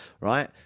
right